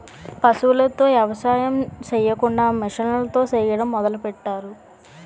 పశువులతో ఎవసాయం సెయ్యకుండా మిసన్లతో సెయ్యడం మొదలెట్టారు